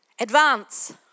Advance